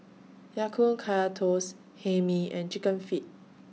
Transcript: Ya Kun Kaya Toast Hae Mee and Chicken Feet